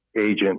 agent